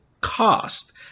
cost